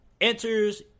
enters